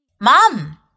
Mom